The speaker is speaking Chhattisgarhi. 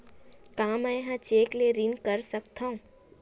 का मैं ह चेक ले ऋण कर सकथव?